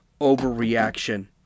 overreaction